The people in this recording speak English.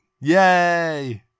yay